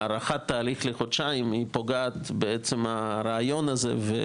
הארכת התהליך לחודשיים פוגעת ברעיון הזה של המסלול GO/